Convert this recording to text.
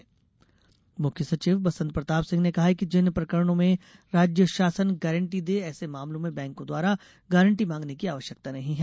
banking बैठक मुख्य सचिव बसंत प्रताप सिंह ने कहा है कि जिन प्रकरणों में राज्य शासन गारंटी दे ऐसे मामलों में बैंको द्वारा गारंटी मांगने की आवश्यकता नही है